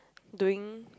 doing